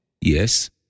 Yes